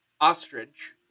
ostrich